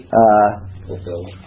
Fulfilled